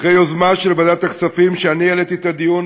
אחרי יוזמה של ועדת הכספים שאני העליתי לדיון,